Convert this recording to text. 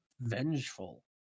vengeful